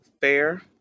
fair